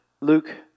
Luke